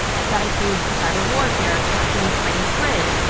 and that includes cyber warfare attacking ukraine's grid.